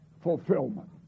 fulfillment